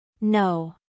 No